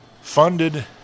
funded